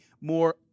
more